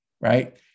right